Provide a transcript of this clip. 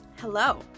hello